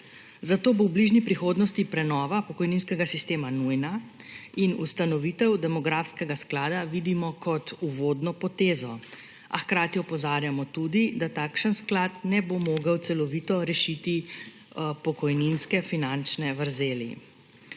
zato bo v bližnji prihodnosti prenova pokojninskega sistema nujna. Ustanovitev demografskega sklada vidimo kot uvodno potezo, a hkrati opozarjamo tudi, da takšen sklad ne bo mogel celovito rešiti pokojninske finančne vrzeli.